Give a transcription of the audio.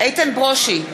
איתן ברושי,